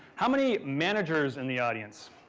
how many managers in the audience?